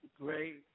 great